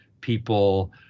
people